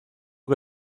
que